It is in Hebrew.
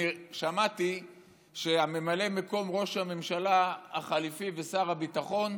שמעתי שממלא מקום ראש הממשלה החליפי ושר הביטחון,